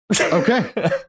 Okay